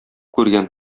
күргән